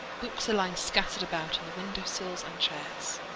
books are lying scattered about on the windowsills and chairs.